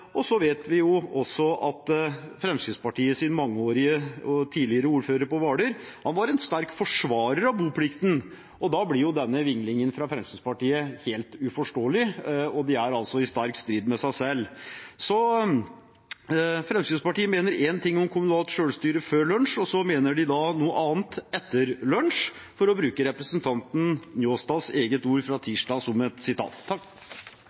Vi vet også at Fremskrittspartiets mangeårige og tidligere ordfører på Hvaler var en sterk forsvarer av boplikten. Da blir denne vinglingen fra Fremskrittspartiet helt uforståelig, og de er i sterk strid med seg selv. Fremskrittspartiet mener én ting om kommunalt selvstyre før lunsj, og så mener de noe annet etter lunsj, for å bruke representanten Njåstads egne ord fra